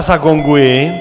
Zagonguji.